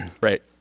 Right